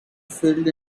filled